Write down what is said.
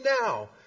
now